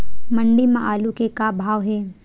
मंडी म आलू के का भाव हे?